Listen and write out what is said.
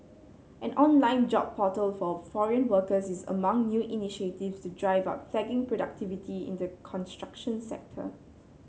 an online job portal for foreign workers is among new initiatives to drive up productivity in the construction sector